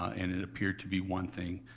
and it appeared to be one thing.